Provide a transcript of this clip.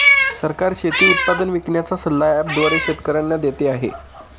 सरकार शेती उत्पादन विकण्याचा सल्ला ॲप द्वारे शेतकऱ्यांना देते आहे